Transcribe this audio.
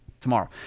tomorrow